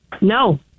No